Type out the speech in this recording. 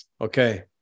okay